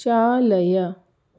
चालय